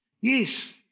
Yes